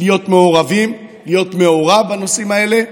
להיות מעורב בנושאים האלה.